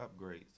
upgrades